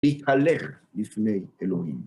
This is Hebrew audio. להתהליך לפני אלוהים.